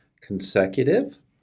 consecutive